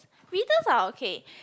beetles are okay